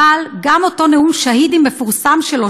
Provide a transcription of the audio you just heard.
אבל גם אותו נאום שהידים מפורסם שלו,